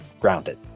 grounded